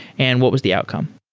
and what was the outcome?